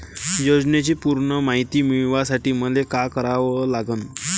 योजनेची पूर्ण मायती मिळवासाठी मले का करावं लागन?